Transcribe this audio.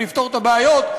נפתור את הבעיות,